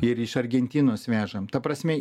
ir iš argentinos vežam ta prasme